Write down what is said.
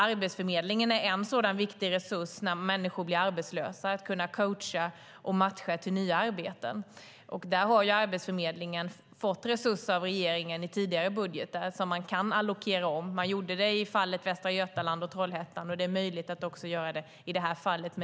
Arbetsförmedlingen är en viktig resurs när människor blir arbetslösa, för att de ska kunna coachas och matchas till nya arbeten. Där har Arbetsförmedlingen fått resurser av regeringen i tidigare budgetar som kan allokeras om. Man gjorde det i fallet Västra Götaland och Trollhättan, och det är möjligt att göra också i detta fall.